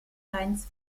science